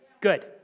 Good